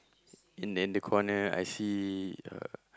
in the in the corner I see uh